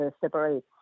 separate